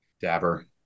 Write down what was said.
Dabber